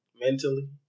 mentally